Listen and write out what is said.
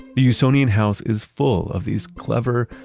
the usonian house is full of these clever,